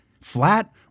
flat